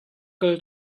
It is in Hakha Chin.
kal